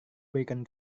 berikan